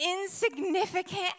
insignificant